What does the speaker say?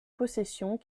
possessions